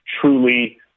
truly